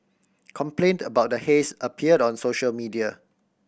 complaint about the haze appeared on social media